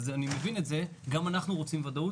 ואני מבין את זה, כי גם אנחנו רוצים ודאות